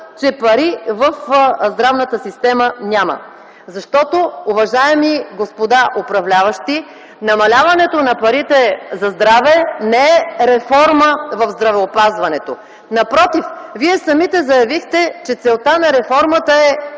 че пари в здравната система няма. Защото, уважаеми господа управляващи, намаляването на парите за здраве не е реформа в здравеопазването. Напротив, вие самите заявихте, че целта на реформата е по-високо